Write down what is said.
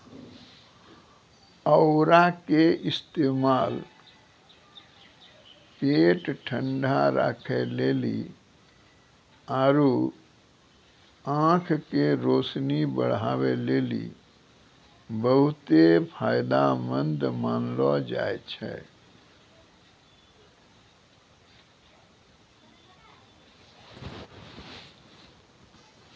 औरा के इस्तेमाल पेट ठंडा राखै लेली आरु आंख के रोशनी बढ़ाबै लेली बहुते फायदामंद मानलो जाय छै